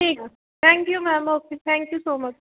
ਠੀਕ ਆ thank you ma'am okay thank you so much